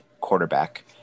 quarterback